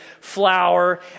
flower